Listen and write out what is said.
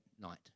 night